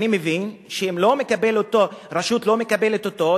אני מבין שאם רשות לא מקבלת אותו,